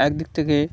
একদিক থেকে